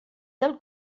del